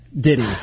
Diddy